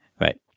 Right